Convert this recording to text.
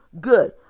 good